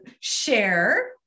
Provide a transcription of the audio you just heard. share